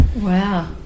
Wow